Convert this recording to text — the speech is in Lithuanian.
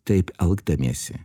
taip elgdamiesi